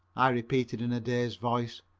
i repeated in a dazed voice.